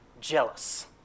jealous